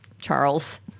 Charles